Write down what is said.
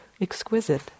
exquisite